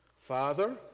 father